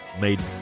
Made